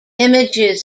images